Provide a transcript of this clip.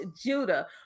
Judah